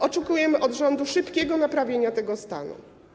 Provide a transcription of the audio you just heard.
Oczekujemy od rządu szybkiego naprawienia tego stanu.